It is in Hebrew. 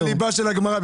זאת הליבה של הגמרא.